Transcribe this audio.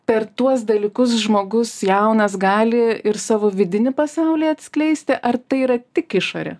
per tuos dalykus žmogus jaunas gali ir savo vidinį pasaulį atskleisti ar tai yra tik išorė